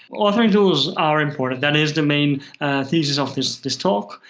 authoring tools are important. that is the main thesis of this this talk,